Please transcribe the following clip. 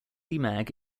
mag